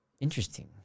Interesting